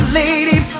lady